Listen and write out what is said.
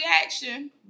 reaction